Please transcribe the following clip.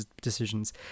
decisions